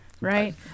right